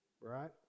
Right